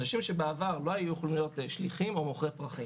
אנשים שבעבר לא היו יכולים להיות שליחים או מוכרי פרחי